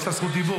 יש לה זכות דיבור.